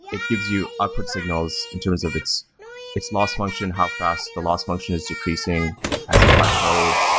it gives you upward signals in terms of its its loss function, how fast the loss function is decreasing as it plateaued.